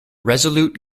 resolute